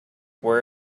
where